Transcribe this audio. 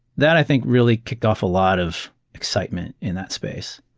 that i think really kicked off a lot of excitement in that space.